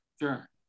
Sure